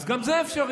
אז גם זה אפשרי.